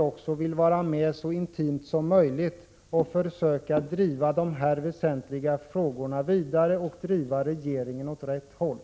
Därför vill vi vara med så nära som möjligt och försöka driva dessa väsentliga frågor vidare och driva regeringen åt rätt håll.